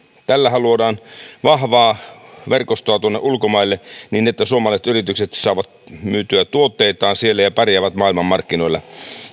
tällähän luodaan vahvaa verkostoa tuonne ulkomaille niin että suomalaiset yritykset saavat myytyä tuotteitaan siellä ja pärjäävät maailmanmarkkinoilla